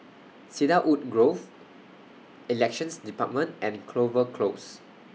Cedarwood Grove Elections department and Clover Close